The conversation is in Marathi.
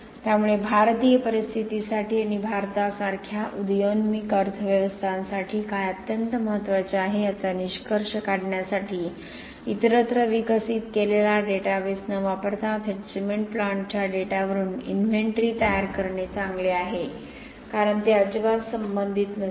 त्यामुळे भारतीय परिस्थितीसाठी आणि भारतासारख्या उदयोन्मुख अर्थव्यवस्थांसाठी काय अत्यंत महत्त्वाचे आहे याचा निष्कर्ष काढण्यासाठी इतरत्र विकसित केलेला डेटाबेस न वापरता थेट सिमेंट प्लांट्सच्या डेटावरून इन्व्हेंटरी तयार करणे चांगले आहे कारण ते अजिबात संबंधित नसावे